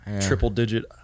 triple-digit